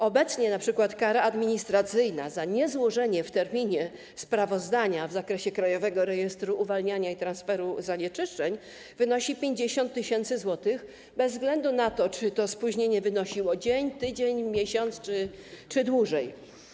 Obecnie np. kara administracyjna za niezłożenie w terminie sprawozdania w zakresie Krajowego Rejestru Uwalniania i Transferu Zanieczyszczeń wynosi 50 tys. zł, bez względu na to, czy spóźnienie wynosiło dzień, tydzień, miesiąc czy trwało dłużej.